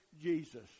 Jesus